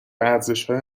ارزشهای